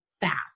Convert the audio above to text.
fast